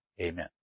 Amen